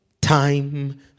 time